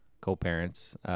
co-parents